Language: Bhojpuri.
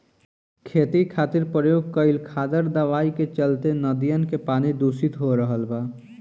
खेती खातिर प्रयोग कईल खादर दवाई के चलते नदियन के पानी दुसित हो रहल बा